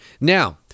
Now